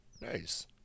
Nice